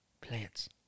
Plants